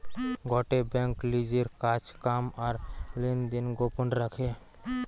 গটে বেঙ্ক লিজের কাজ কাম আর লেনদেন গোপন রাখে